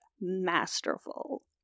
masterful